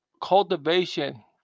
cultivation